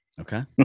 Okay